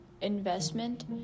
investment